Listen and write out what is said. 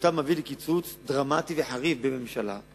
שבעקבותיו מביאים לקיצוץ דרמטי וחריף בממשלה,